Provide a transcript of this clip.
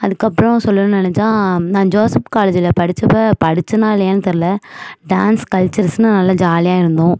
அதற்கப்றம் சொல்லணும்னு நினைச்சா நான் ஜோசப் காலேஜ்ல படிச்சப்போ படிச்சனா இல்லையான்னு தெரில டான்ஸ் கல்ச்சர்ஸ்னு நல்ல ஜாலியாக இருந்தோம்